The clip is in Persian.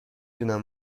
دونم